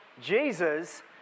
Jesus